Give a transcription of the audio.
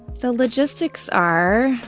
the logistics are.